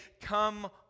come